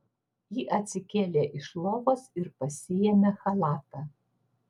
ji atsikėlė iš lovos ir pasiėmė chalatą